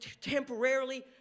temporarily